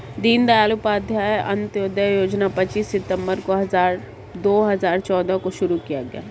दीन दयाल उपाध्याय अंत्योदय योजना पच्चीस सितम्बर दो हजार चौदह को शुरू किया गया